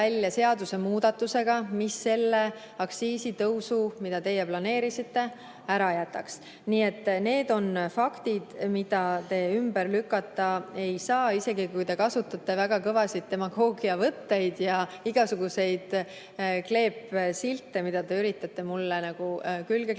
mis selle aktsiisitõusu, mida teie planeerisite, ära jätaks. Need on faktid, mida te ümber lükata ei saa, isegi kui te kasutate väga kõvasid demagoogiavõtteid ja igasuguseid kleepsilte, mida te üritate mulle külge kleepida.